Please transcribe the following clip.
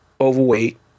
overweight